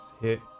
hit